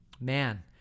man